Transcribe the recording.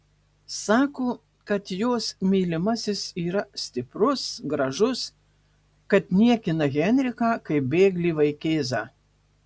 sako kad jos mylimasis yra stiprus gražus kad niekina henriką kaip bėglį vaikėzą